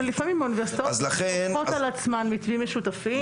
ולפעמים האוניברסיטאות לוקחות על עצמן מתווים משותפים.